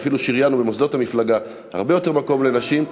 ואפילו שריינו במוסדות המפלגה הרבה יותר מקום לנשים.